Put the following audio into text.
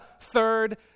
third